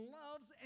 loves